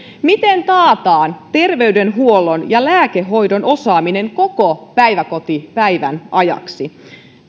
miten taataan terveydenhuollon ja lääkehoidon osaaminen koko päiväkotipäivän ajaksi